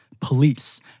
Police